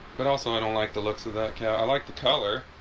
but also, i don't like the looks of that cat i like the color